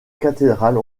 cathédrale